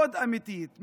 מאוד אמיתית,